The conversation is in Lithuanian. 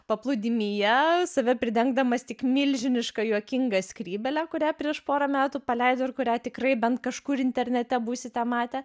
paplūdimyje save pridengdamas tik milžiniška juokinga skrybėle kurią prieš porą metų paleido ir kurią tikrai bent kažkur internete būsite matę